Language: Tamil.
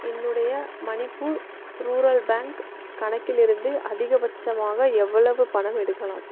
என்னுடைய மணிப்பூர் ரூரல் பேங்க் கணக்கிலிருந்து அதிகபட்சமாக எவ்வளவு பணம் எடுக்கலாம்